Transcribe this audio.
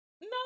no